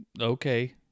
okay